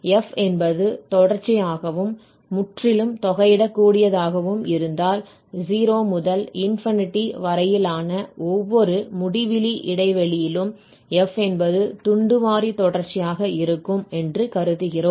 f என்பது தொடர்ச்சியாகவும் முற்றிலும் தொகையிட கூடியதாகவும் இருந்தால் 0 முதல் வரையிலான ஒவ்வொரு முடிவிலி இடைவெளியிலும் f என்பது துண்டுவாரி தொடர்ச்சியாக இருக்கும் என்று கருதுகிறோம்